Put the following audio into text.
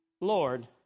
Lord